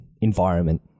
environment